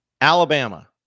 Alabama